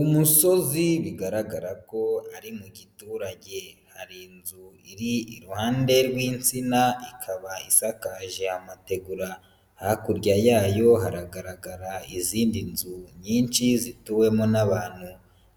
Umusozi bigaragara ko ari mu giturage, hari inzu iri iruhande rw'insina ikaba isakaje amategura, hakurya yayo haragaragara izindi nzu nyinshi zituwemo n'abantu